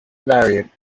variant